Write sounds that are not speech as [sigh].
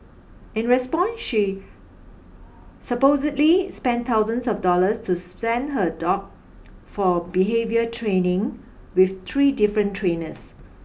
in response she supposedly spent thousands of dollars to [unintelligible] send her dog for behaviour training with three different trainers